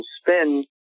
spin